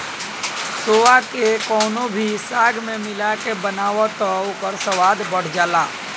सोआ के कवनो भी साग में मिला के बनाव तअ ओकर स्वाद बढ़ जाला